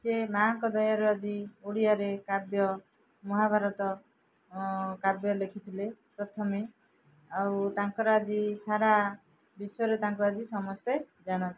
ସେ ମାଆଙ୍କ ଦୟାରୁ ଆଜି ଓଡ଼ିଆରେ କାବ୍ୟ ମହାଭାରତ କାବ୍ୟ ଲେଖିଥିଲେ ପ୍ରଥମେ ଆଉ ତାଙ୍କର ଆଜି ସାରା ବିଶ୍ଵରେ ତାଙ୍କୁ ଆଜି ସମସ୍ତେ ଜାଣନ୍ତି